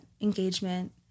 engagement